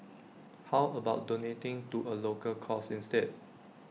how about donating to A local cause instead